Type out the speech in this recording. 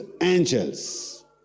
angels